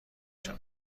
شوم